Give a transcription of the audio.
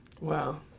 Wow